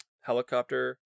helicopter